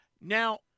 Now